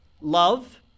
love